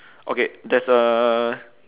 okay there's a